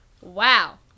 Wow